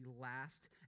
last